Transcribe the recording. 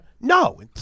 No